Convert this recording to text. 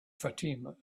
fatima